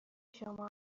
شما